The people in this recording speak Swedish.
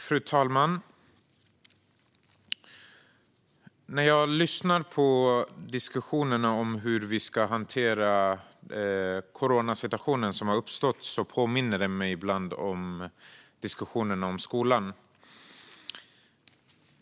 Fru talman! Diskussionerna om hur vi ska hantera den situation som har uppstått med coronaviruset påminner mig ibland om diskussionerna om skolan.